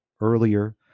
earlier